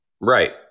Right